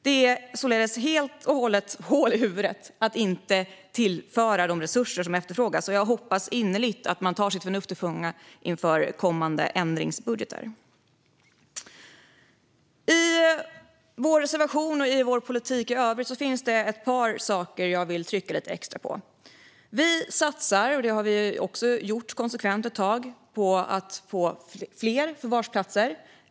Det är således helt och hållet "hål i huvudet" att inte tillföra de resurser som efterfrågas. Jag hoppas innerligt att man tar sitt förnuft till fånga inför kommande ändringsbudgetar. I vår reservation och i vår politik i övrigt finns det ett par saker jag vill trycka lite extra på. Vi satsar på fler förvarsplatser och har så gjort ett tag.